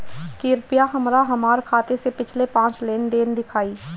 कृपया हमरा हमार खाते से पिछले पांच लेन देन दिखाइ